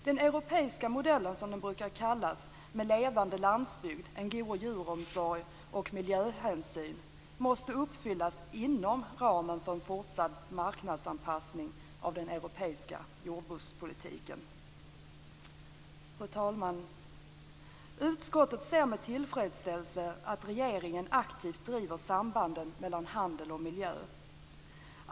Den europeiska modellen, som den brukar kallas, med levande landsbygd, en god djuromsorg och miljöhänsyn måste uppfyllas inom ramen för en fortsatt marknadsanpassning av den europeiska jordbrukspolitiken. Fru talman! Utskottet ser med tillfredsställelse att regeringen aktivt driver sambanden mellan handel och miljö.